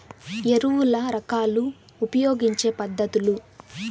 ఎరువుల రకాలు ఉపయోగించే పద్ధతులు?